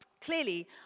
clearly